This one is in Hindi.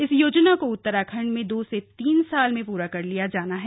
इस योजना को उत्तराखंड में दो से तीन साल में पूरा किया जाना है